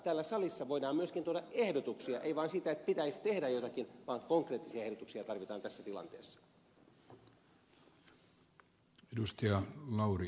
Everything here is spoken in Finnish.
täällä salissa voidaan myöskin tuoda ehdotuksia ei vain sitä että pitäisi tehdä jotakin vaan konkreettisia ehdotuksia tarvitaan tässä tilanteessa